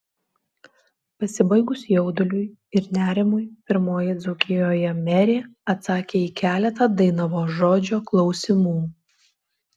pasibaigus jauduliui ir nerimui pirmoji dzūkijoje merė atsakė į keletą dainavos žodžio klausimų